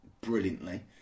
brilliantly